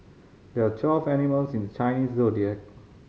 there are twelve animals in the Chinese Zodiac